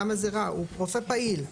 הוא רופא פעיל.